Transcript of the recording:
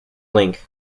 link